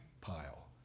pile